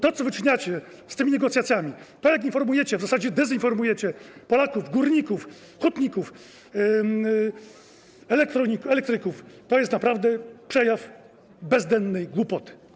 To co wyczyniacie z tymi negocjacjami, jak informujecie, a w zasadzie dezinformujecie, Polaków, górników, hutników, elektryków, to jest naprawdę przejaw bezdennej głupoty.